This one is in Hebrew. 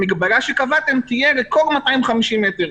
המגבלה שקבעתם תהיה לכל 250 מטר.